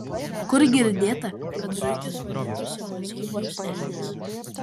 kur girdėta kad zuikis vadintųsi bazilijus elnias